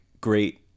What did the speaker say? great